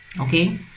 okay